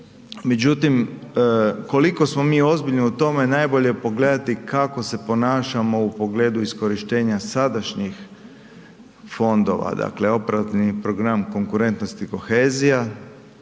Međutim koliko smo mi ozbiljni u tome najbolje je pogledati kako se ponašamo u pogledu iskorištenja sadašnjih fondova, dakle operativni program konkurentnosti i kohezija,